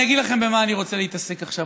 אני אגיד לכם במה אני רוצה להתעסק עכשיו,